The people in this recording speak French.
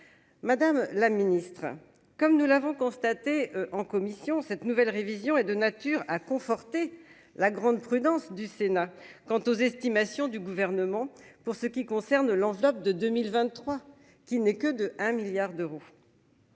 madame la Ministre, comme nous l'avons constaté en commission, cette nouvelle révision est de nature à conforter la grande prudence du Sénat quant aux estimations du gouvernement, pour ce qui concerne l'enveloppe de 2023 qui n'est que de 1 milliard d'euros.